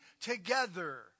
together